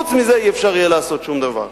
חוץ מזה לא יהיה אפשר לעשות שום דבר,